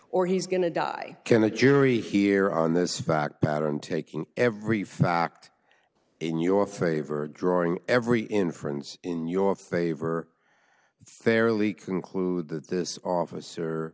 or he's going to die can a jury hear on this fact pattern taking every fact in your favor drawing every inference in your favor fairly conclude that this officer